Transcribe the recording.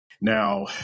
Now